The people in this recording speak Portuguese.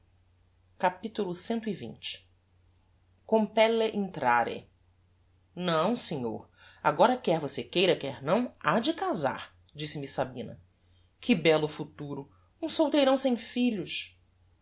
andar capitulo cxx compelle intrare não senhor agora quer você queira quer não ha de casar disse-me sabina que bello futuro um solteirão sem filhos